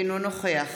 אינו נוכח